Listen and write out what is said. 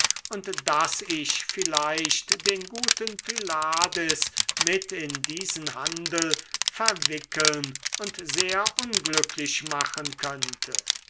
und daß ich vielleicht den guten pylades mit in diesen handel verwickeln und sehr unglücklich machen könnte